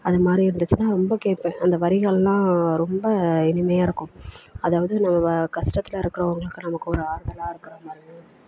அது மாதிரி இருந்துச்சின்னா ரொம்ப கேட்பேன் அந்த வரிகள்லாம் ரொம்ப இனிமையாக இருக்கும் அதாவது நம்ம கஷ்டத்துல இருக்கிறோம் அவங்களுக்கு நமக்கு ஒரு ஆறுதலாக இருக்கிற மாதிரி